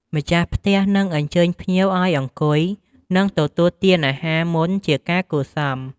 ម្ចាស់ផ្ទះនឹងអញ្ជើញភ្ញៀវឱ្យអង្គុយ និងទទួលទានអាហារមុនជាការគួរសម។